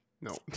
No